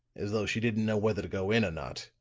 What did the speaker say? as though she didn't know whether to go in or not.